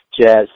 Jazz